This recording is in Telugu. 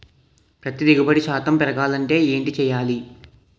పత్తి దిగుబడి శాతం పెరగాలంటే ఏంటి చేయాలి?